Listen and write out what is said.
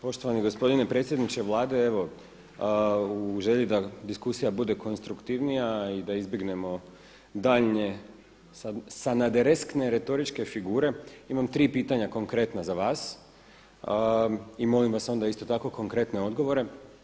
Poštovani gospodine predsjedniče Vlade, evo u želji da diskusija bude konstruktivnija i da izbjegnemo daljnje sanadereskne retoričke figure imam tri pitanja konkretna za vas i molim vas onda isto tako konkretne odgovore.